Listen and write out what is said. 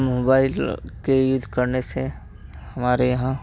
mobile के use करने से हमारे यहाँ